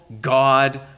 God